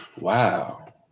Wow